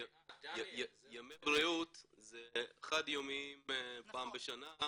ימי בריאות זה חד יומיים פעם בשנה,